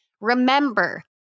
Remember